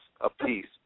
apiece